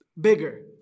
Bigger